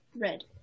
Red